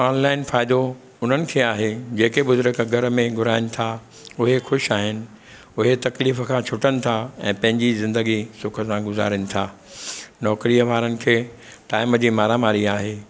online फ़ाइदो हुननि खे आहे जेके बुज़ुर्ग घरनि में घुराइनि था उहे ख़ुशि आहिनि उहे तकलीफ़ु खां छुटनि था ऐं पंहिंजी ज़िंदगी सुख सां गुज़ारनि था नौकरीअ वारनि खे टाइम जी मारामारी आहे